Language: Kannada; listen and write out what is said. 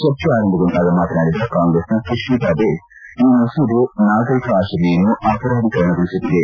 ಚರ್ಚೆ ಆರಂಭಗೊಂಡಾಗ ಮಾತನಾಡಿದ ಕಾಂಗ್ರೆಸ್ನ ಸುಶ್ಮಿತಾ ದೇವ್ ಈ ಮಸೂದೆ ನಾಗರಿಕ ಆಚರಣೆಯನ್ನು ಅಪರಾಧಿಕರಣಗೊಳಿಸುತ್ತಿದೆ